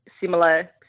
similar